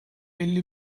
elli